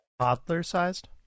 Toddler-sized